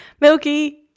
Milky